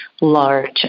large